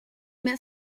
met